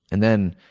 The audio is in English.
and then,